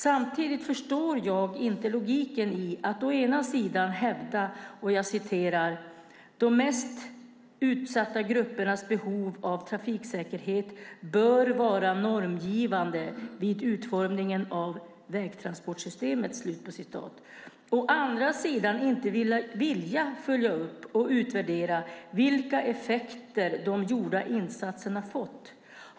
Samtidigt förstår jag inte logiken i att å ena sidan hävda att "de mest utsatta gruppernas behov av trafiksäkerhet bör vara normgivande vid utformning av vägtransportsystemet", å andra sidan inte vilja följa upp och utvärdera vilka effekter de gjorda insatserna har fått.